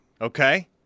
Okay